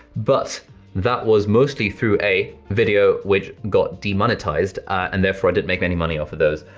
but that was mostly through a video which got demonetized and therefore i didn't make any money off of those.